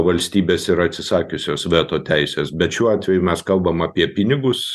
valstybės yra atsisakiusios veto teisės bet šiuo atveju mes kalbam apie pinigus